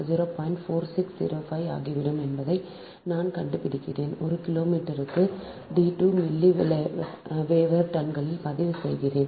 4605 ஆகிவிடும் என்பதை நான் கண்டுபிடிக்கிறேன் 1 கிலோமீட்டருக்கு d 2 மில்லி வேவர் டன்களில் பதிவு செய்கிறேன்